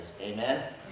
Amen